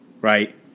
right